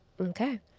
okay